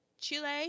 Chile